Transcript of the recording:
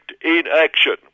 inaction